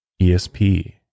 ESP